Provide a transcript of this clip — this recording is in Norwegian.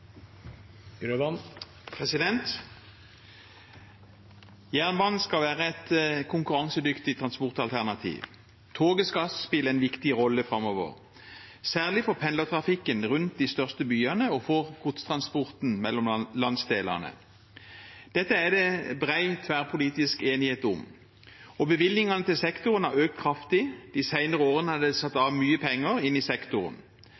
Jernbanen skal være et konkurransedyktig transportalternativ. Toget skal spille en viktig rolle framover, særlig for pendlertrafikken rundt de største byene og godstransporten mellom landsdelene. Dette er det bred tverrpolitisk enighet om. Bevilgningene til sektoren har økt kraftig. De senere årene er det satt mye penger inn i sektoren.